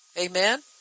Amen